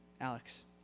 Alex